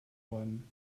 bäumen